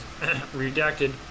redacted